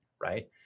right